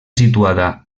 situada